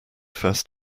first